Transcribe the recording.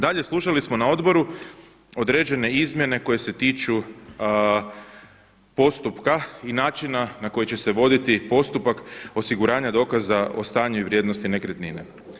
Dalje, slušali smo na odboru određene izmjene koje se tiču postupka i načina na koji će se voditi postupak osiguranja dokaza o stanju i vrijednosti nekretnine.